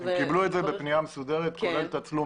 הם קיבלו את זה בפנייה מסודרת כולל תצלום